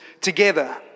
together